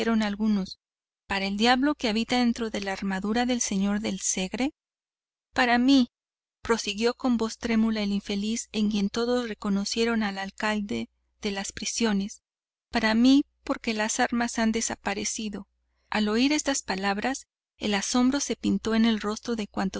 algunos para el diablo que habita dentro de la armadura del señor del segre para mí prosiguió con voz trémula el infeliz en quien todos reconocieron al alcaide de las prisiones para mí porque las armas han desaparecido al oír estas palabras el asombro se pintó en el rostro de